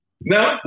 no